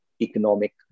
economic